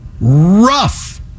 rough